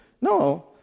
No